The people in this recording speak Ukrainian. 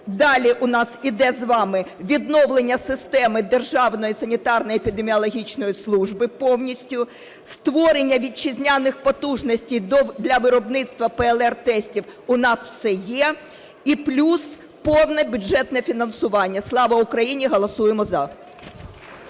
Далі у нас з вами йде: відновлення системи Державної санітарно-епідеміологічної служби повністю, створення вітчизняних потужностей для виробництва ПЛР-тестів (у нас все є) і плюс повне бюджетне фінансування. Слава Україні! Голосуємо –